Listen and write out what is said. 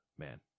man